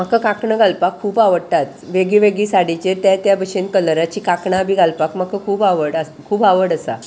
म्हाका कांकणां घालपाक खूब आवडटात वेगळीवेगळी साडयेचेर त्या त्या भशेन कलराची कांकणां बी घालपाक म्हाका खूब आवड आस खूब आवड आसा